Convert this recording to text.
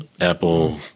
Apple